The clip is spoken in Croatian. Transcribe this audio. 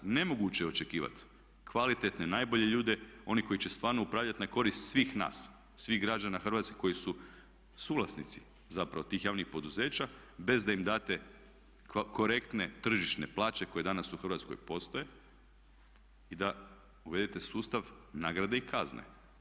Nemoguće je očekivati kvalitetne najbolje ljude, one koji će stvarno upravljati na korist svih nas, svih građana hrvatske koji su suvlasnici zapravo tih javnih poduzeća bez da im date korektne tržišne plaće koje danas u Hrvatskoj postoje i da uvedete sustav nagrade i kazne.